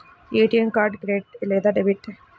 ATM card credit లేదా debit?